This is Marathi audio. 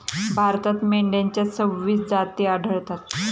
भारतात मेंढ्यांच्या सव्वीस जाती आढळतात